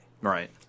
Right